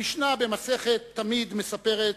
המשנה במסכת תמיד מספרת,